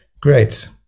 Great